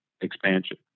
expansion